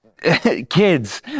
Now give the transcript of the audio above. kids